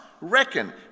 reckon